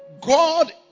God